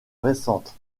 récente